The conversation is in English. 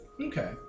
Okay